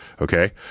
Okay